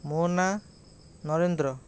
ମୋ' ନାଁ ନରେନ୍ଦ୍ର